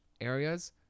areas